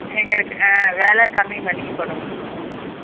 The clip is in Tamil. எங்களுக்கு ஆ விலை கம்மி பண்ணிப்போடுங்க ம்